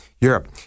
Europe